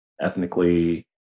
ethnically